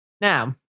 Now